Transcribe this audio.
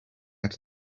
out